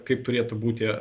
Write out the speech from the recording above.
kaip turėtų būti